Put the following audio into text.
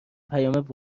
پیام